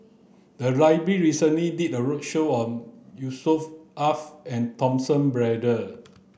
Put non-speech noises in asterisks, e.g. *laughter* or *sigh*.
the *unintelligible* recently did a roadshow on Yusnor Ef and *unintelligible* Braddell